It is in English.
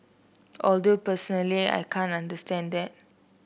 although personally I can't understand that